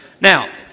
Now